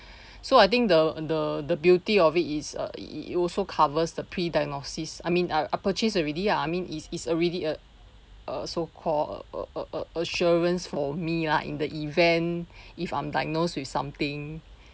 so I think the the the beauty of it is err it also covers the pre diagnosis I mean I I purchase already lah I mean is is already a a so called a~ a~ a~ a~ assurance for me lah in the event if I'm diagnosed with something